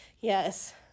Yes